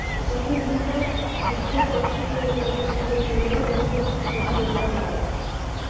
ಒಂದುರ್ ಕಿಂತಾ ಹೆಚ್ಚ ಪೌಷ್ಟಿಕ ಇರದ್ ರಸಗೊಬ್ಬರಗೋಳಿಗ ಬಹುಪೌಸ್ಟಿಕ ರಸಗೊಬ್ಬರ ಅಂತಾರ್